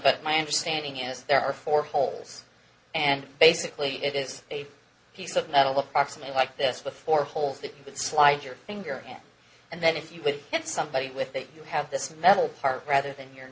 but my understanding is there are four holes and basically it is a piece of metal approximately like this before holes that you could slide your finger at and then if you would hit somebody with that you have this metal part rather than your